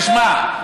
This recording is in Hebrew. תשמע,